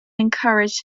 encourage